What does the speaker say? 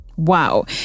Wow